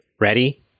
Ready